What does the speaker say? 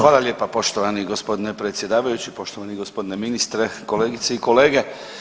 Hvala lijepa poštovani gospodine predsjedavajući, poštovani gospodine ministre, kolegice i kolege.